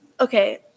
okay